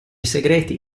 segreti